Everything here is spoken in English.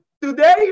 today